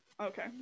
Okay